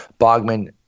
Bogman